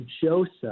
Joseph